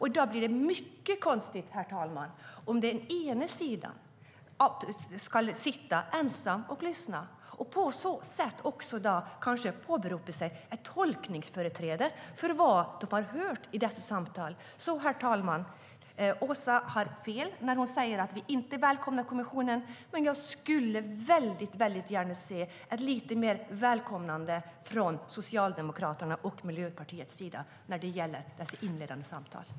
I dag blir det mycket konstigt om den ena sidan ska sitta ensam och lyssna och på så sätt åberopa ett tolkningsföreträde för vad de har hört i dessa samtal.